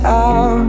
out